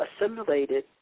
assimilated